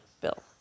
bill